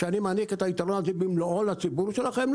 שאני מעניק את היתרון הזה במלואו לציבור שלכם?